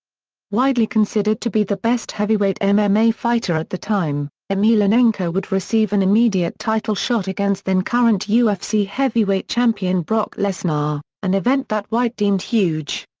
widely considered to be the best heavyweight mma fighter at the time, emelianenko would receive an immediate title shot against then current ufc heavyweight champion brock lesnar, an event that white deemed huge.